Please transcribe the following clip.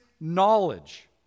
knowledge